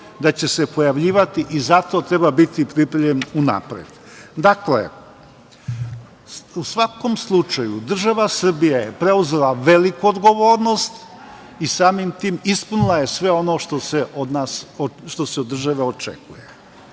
da će se pojavljivati i zato treba biti pripremljen unapred. Dakle, u svakom slučaju država Srbija je preuzela veliku odgovornost i samim tim ispunila je sve ono što se od države očekuje. Naravno,